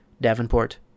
Davenport